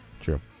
True